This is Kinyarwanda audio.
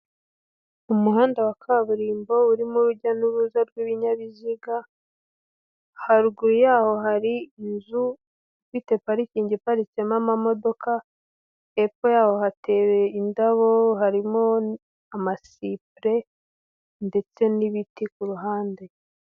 Umuhanda wa kaburimbo urimo urujya n'uruza rw'ibinyabiziga, haruguru yaho hari inzu ifite parikingi iparitsemo amamodoka, epfo yaho hateye indabo, harimo amasipure ndetse n'ibiti ku ruhande.